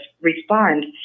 respond